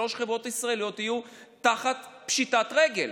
שלוש חברות ישראליות יהיו תחת פשיטת רגל.